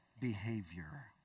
behavior